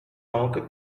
donc